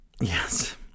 yes